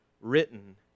written